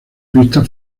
pista